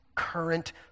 current